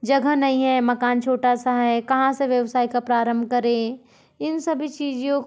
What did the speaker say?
जगह नहीं है मकान छोटा सा है कहाँ से व्यवसाय का प्रारंभ करें इन सभी चीज़ों